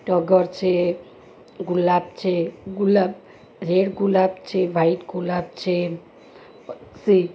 ટગર છે ગુલાબ છે ગુલાબ રેડ ગુલાબ છે વાઇટ ગુલાબ છે